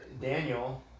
Daniel